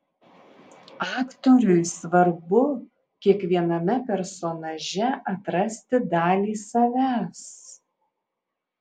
aktoriui svarbu kiekviename personaže atrasti dalį savęs